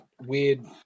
weird